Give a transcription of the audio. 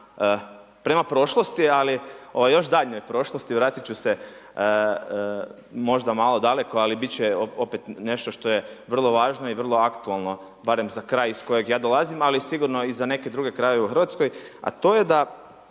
prema prošlosti, još daljnjoj prošlosti. Vratit ću se možda malo daleko, ali bit će opet nešto što je vrlo važno i vrlo aktualno barem za kraj iz kojeg ja dolazim, ali sigurno i za neke druge krajeve u Hrvatskoj, a to je da